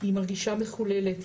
היא מרגישה מחוללת,